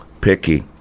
Picky